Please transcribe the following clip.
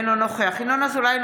אינו נוכח ינון אזולאי,